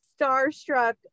starstruck